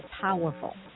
powerful